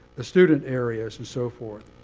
the student areas and so forth.